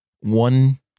one